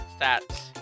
stats